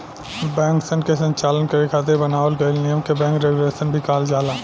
बैंकसन के संचालन करे खातिर बनावल गइल नियम के बैंक रेगुलेशन भी कहल जाला